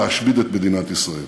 להשמיד את מדינת ישראל.